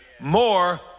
more